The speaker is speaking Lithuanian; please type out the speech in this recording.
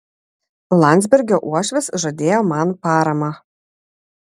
landsbergio uošvis žadėjo man paramą